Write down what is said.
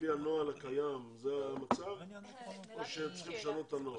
לפי הנוהל הקיים זה המצב או שהם צריכים לשנות את הנוהל?